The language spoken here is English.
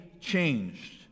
changed